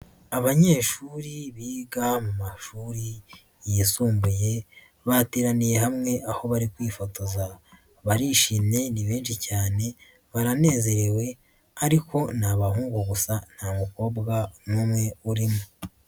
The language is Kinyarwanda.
Abanyeshuri biga mu mashuri yisumbuye bateraniye hamwe aho bari kwifotoza, barishimye ni benshi cyane baranezerewe ariko ni abahungu gusa nta mukobwa n'umwe urimo.